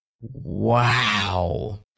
Wow